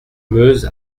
meuse